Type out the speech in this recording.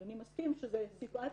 אדוני מסכים שזו סיטואציה